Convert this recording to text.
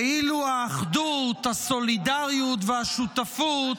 כאילו האחדות, הסולידריות והשותפות,